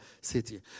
city